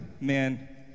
man